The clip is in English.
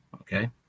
okay